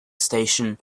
station